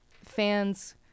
fans